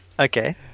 Okay